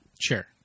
Sure